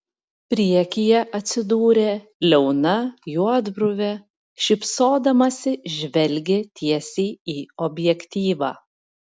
priekyje atsidūrė liauna juodbruvė šypsodamasi žvelgė tiesiai į objektyvą